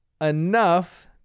enough